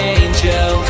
angel